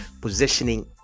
positioning